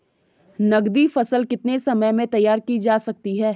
नगदी फसल कितने समय में तैयार की जा सकती है?